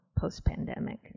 Post-pandemic